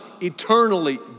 eternally